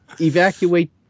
evacuate